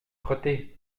frotter